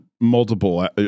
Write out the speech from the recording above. Multiple